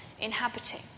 inhabiting